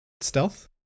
stealth